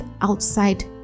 outside